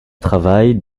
travaille